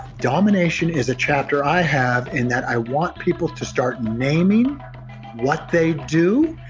domination is a chapter i have in that i want people to start naming what they do,